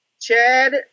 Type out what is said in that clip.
Chad